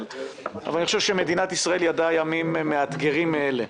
אבל אני חושב שמדינת ישראל ידעה ימים מאתגרים מאלה.